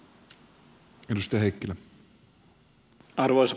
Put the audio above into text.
arvoisa puhemies